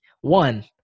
one